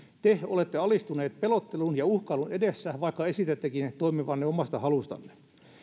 te olette alistuneet pelottelun ja uhkailun edessä vaikka esitättekin toimivanne omasta halustanne